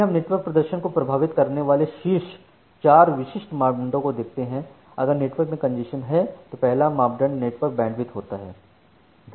इसलिए हम नेटवर्क प्रदर्शन को प्रभावित करने वाले शीर्ष चार विशिष्ट मापदंडों को देखते हैं अगर नेटवर्क में कंजेशन है तो पहला मापदंड नेटवर्क बैंडविड्थ होता है